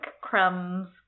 crumbs